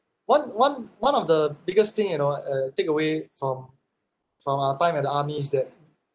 one one one of the biggest thing you know uh take away from from our time at the army is that